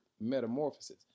metamorphosis